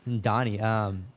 Donnie